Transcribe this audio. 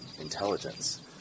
intelligence